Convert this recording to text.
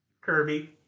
Kirby